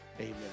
Amen